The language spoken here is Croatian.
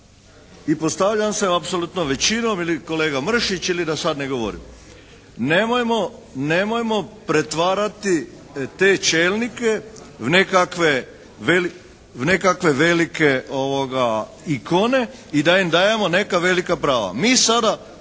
i postavljam se apsolutno većinom ili kolega Mršić ili da sada ne govorim. Nemojmo pretvarati te čelnike u nekakve velike ikone i da im dajemo neka velika prava. Mi sada